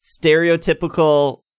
stereotypical